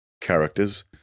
characters